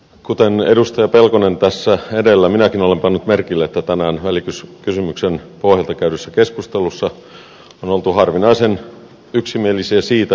kuten edustaja pelkonen tässä edellä minäkin olen pannut merkille että tänään välikysymyksen pohjalta käydyssä keskustelussa on oltu harvinaisen yksimielisiä siitä mihin pyritään